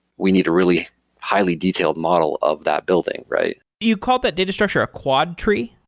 we need a really highly detailed model of that building, right? you call that data structure a quadtree?